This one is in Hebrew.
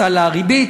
ממס, על הריבית,